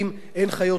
הן חיות משק,